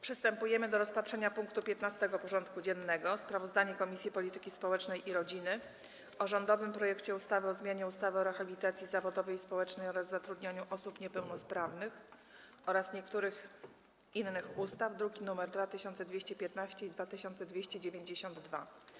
Przystępujemy do rozpatrzenia punktu 15. porządku dziennego: Sprawozdanie Komisji Polityki Społecznej i Rodziny o rządowym projekcie ustawy o zmianie ustawy o rehabilitacji zawodowej i społecznej oraz zatrudnianiu osób niepełnosprawnych oraz niektórych innych ustaw (druki nr 2215 i 2292)